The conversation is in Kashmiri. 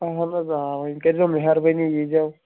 اہن حظ آ وۄنۍ کٔرۍ زیو مہربٲنی یی زیو